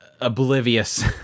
oblivious